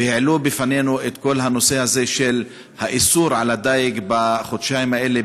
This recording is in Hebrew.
והם העלו בפנינו את כל הנושא הזה של איסור הדיג בחודשיים האלה,